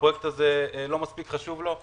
הפרויקט הזה לא מספיק חשוב לו,